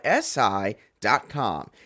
SI.com